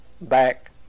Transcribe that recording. back